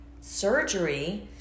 surgery